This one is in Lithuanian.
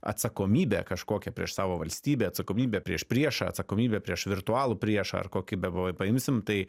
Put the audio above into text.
atsakomybė kažkokią prieš savo valstybę atsakomybę prieš priešą atsakomybę prieš virtualų priešą ar kokį bepaimsim tai